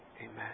amen